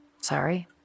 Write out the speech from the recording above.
Sorry